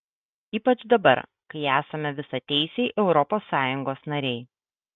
ypač dabar kai esame visateisiai europos sąjungos nariai